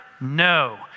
No